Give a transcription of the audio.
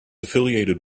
affiliated